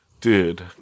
Dude